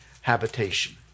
habitation